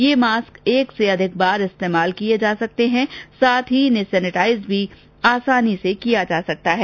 ये मास्क एक से अधिक बार काम में लिए जा सकते हैं साथ ही इन्हें सेनेटाइज भी आसानी से किया जा सकता है